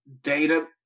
data